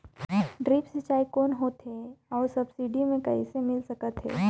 Drip सिंचाई कौन होथे अउ सब्सिडी मे कइसे मिल सकत हे?